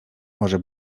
może